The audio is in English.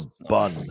bun